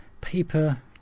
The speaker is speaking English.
paper